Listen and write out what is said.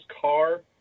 car